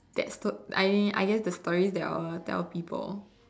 that sto I I guess the story that I will tell people